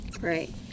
Right